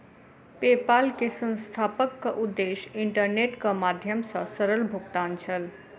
PayPal के संस्थापकक उद्देश्य इंटरनेटक माध्यम सॅ सरल भुगतान छल